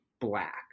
black